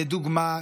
לדוגמה,